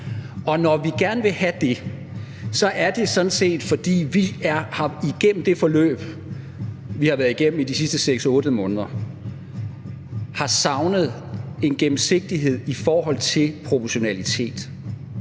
Når vi gerne vil have det, er det sådan set, fordi vi igennem det forløb, som vi har været igennem i de sidste 6-8 måneder, har savnet en gennemsigtighed i forhold til proportionalitet,